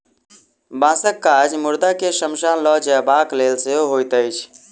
बाँसक काज मुर्दा के शमशान ल जयबाक लेल सेहो होइत अछि